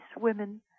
women